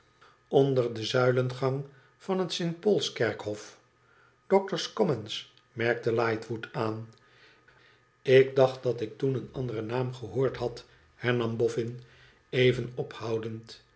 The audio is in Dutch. ondier den zuilengang van het st paulskerkhof t doctors commons merkte lightwood aan ik dacht dat ik toen een anderen naam gehoord had hernam boffin even ophoudend